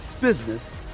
business